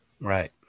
Right